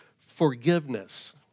forgiveness